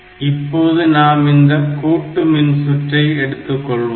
இப்போது நாம் இந்த கூட்டு மின்சுற்றை எடுத்துக்கொள்வோம்